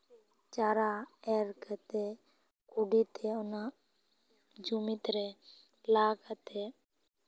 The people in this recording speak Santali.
ᱪᱟᱨᱟ ᱮᱨ ᱠᱟᱛᱮ ᱠᱩᱰᱤ ᱛᱮ ᱚᱱᱟ ᱡᱩᱢᱤᱫ ᱨᱮ ᱞᱟ ᱠᱟᱛᱮ